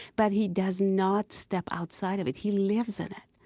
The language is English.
but he does not step outside of it. he lives in it.